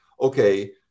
okay